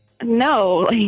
No